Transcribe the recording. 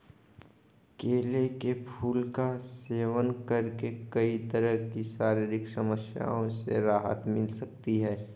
केले के फूल का सेवन करके कई तरह की शारीरिक समस्याओं से राहत मिल सकती है